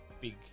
big